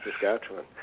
Saskatchewan